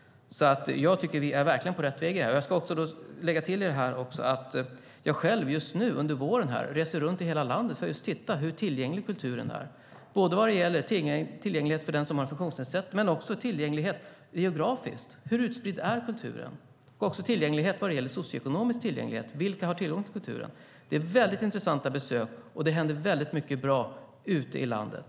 Jag tycker att vi verkligen är på rätt väg i detta. Jag ska lägga till att jag själv under våren reser runt i hela landet för att se hur tillgänglig kulturen är. Det gäller både tillgänglighet för den som har en funktionsnedsättning och tillgänglighet geografiskt: Hur utspridd är kulturen? Det gäller också tillgänglig i betydelsen socioekonomisk tillgänglighet, alltså vilka som har tillgång till kulturen. Det är väldigt intressanta besök, och det händer väldigt mycket bra ute i landet.